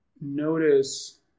notice